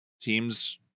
teams